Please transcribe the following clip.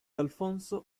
alfonso